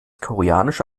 koreanische